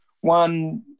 one